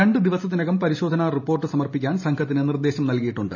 രണ്ട് ദിവസത്തിനകം പരിശോധന റിപ്പോർട്ട് സമർപ്പിക്കാൻ സംഘത്തിന് നിർദേശം നൽകിയിട്ടുണ്ട്